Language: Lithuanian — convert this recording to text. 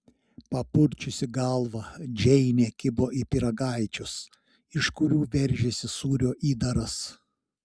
papurčiusi galvą džeinė kibo į pyragaičius iš kurių veržėsi sūrio įdaras